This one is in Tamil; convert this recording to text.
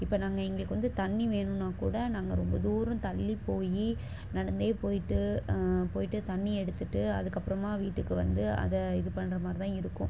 இப்போ நாங்கள் எங்களுக்கு வந்து தண்ணி வேணுன்னால் கூட நாங்கள் ரொம்ப தூரம் தள்ளி போய் நடந்தே போய்விட்டு போய்விட்டு தண்ணி எடுத்துகிட்டு அதுக்கப்புறமாக வீட்டுக்கு வந்து அதை இது பண்ணுற மாதிரி தான் இருக்கும்